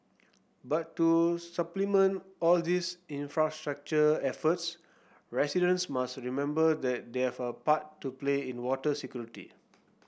but to supplement all these infrastructure efforts residents must remember that they have a part to play in water security